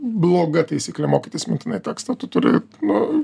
bloga taisyklė mokytis mintinai tekstą tu turi nu